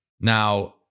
Now